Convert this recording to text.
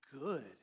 good